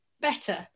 better